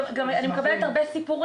אני גם מקבלת הרבה סיפורים,